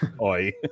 oi